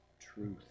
truth